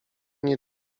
nie